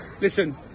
listen